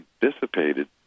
dissipated